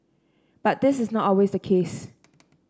but this is not always the case